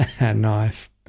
Nice